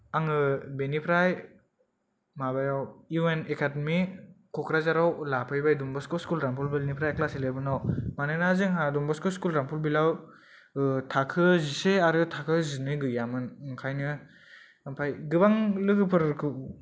आङो बेनिफ्राय माबायाव इउ एन एकाडेमि क'क्राझाराव लाफैबाय डन बस्क' राम्फलबिलनिफ्राय क्लास इलेभेनाव मानोना जोंहा डन बस्क' स्कुल राम्फलबिलाव ओ थाखो जिसे आरो थाखो जिनै गैयामोन ओंखायनो ओम्फाय गोबां लोगोफोरखौ